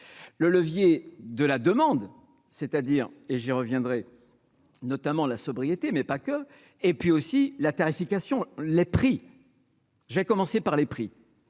le levier de la demande, c'est-à-dire et j'y reviendrai, notamment la sobriété mais pas que et puis aussi la tarification les prix. J'ai commencé par les prix